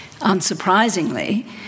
Unsurprisingly